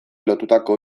lotutako